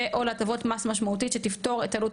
ו/או להטבות מס משמעותית שתפתור את עלות